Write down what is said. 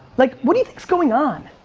like, what do you think's going on?